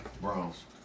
Browns